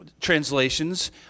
translations